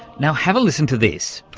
now have a listen to this.